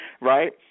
Right